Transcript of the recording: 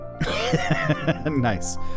Nice